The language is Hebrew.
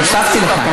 אני קראתי אותו.